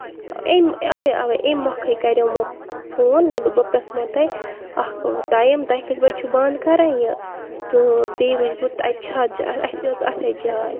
أمۍ اَوے اَوے اَمہِ مۄکھٕے کریو مو فون مےٚ دوٚپ بہٕ پرٛژھ مو تۄہہِ اکھ ٹایم تۄہہِ کٔژِ بَجہِ چھِو بند کران یہِ تہٕ بیٚیہِ وُچھ بہٕ تَتہِ چھا اَسہِ یٲژ جاے